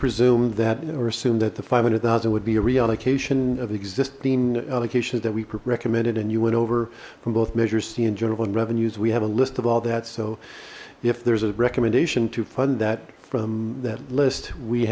presume that or assume that the five hundred thousand would be a reallocation of existing allocations that we recommended and you went over from both measures see in general and revenues we have a list of all that so if there's a recommendation to fund that from that list we